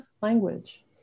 language